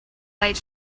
light